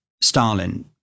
Stalin